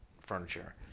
furniture